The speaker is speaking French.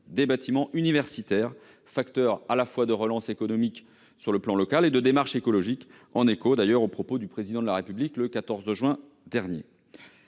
des bâtiments universitaires, facteur à la fois de relance économique sur le plan local et de démarche écologique, en écho aux propos qu'a tenus le Président de la République le 14 juin dernier.